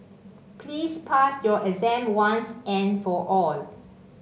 please pass your exam once and for all